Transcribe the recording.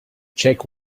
check